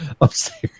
upstairs